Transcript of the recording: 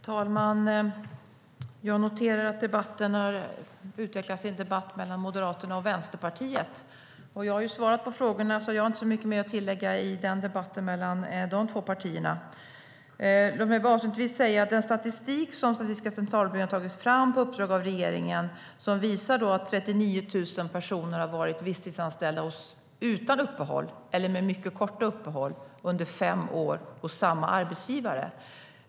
Herr talman! Jag noterar att debatten har utvecklat sig till en debatt mellan Moderaterna och Vänsterpartiet. Jag har svarat på frågorna, så jag har inte så mycket mer att tillägga i debatten mellan de två partierna. Låt mig bara avslutningsvis säga något om den statistik som Statistiska centralbyrån har tagit fram på uppdrag av regeringen och som visar att 39 000 personer har varit visstidsanställda utan eller med mycket korta uppehåll under fem år hos samma arbetsgivare.